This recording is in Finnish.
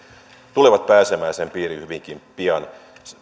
tulevat pääsemään sen piiriin hyvinkin pian